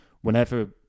whenever